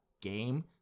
game